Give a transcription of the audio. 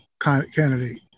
candidate